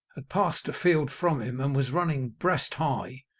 had passed a field from him, and was running breast-high,